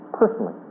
personally